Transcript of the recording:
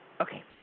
Okay